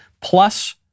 plus